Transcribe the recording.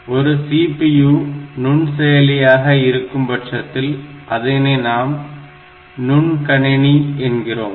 ஒரு CPU நுண்செயலியாக இருக்கும் பட்சத்தில் அதனை நாம் நுண்கணினி என்கிறோம்